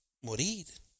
morir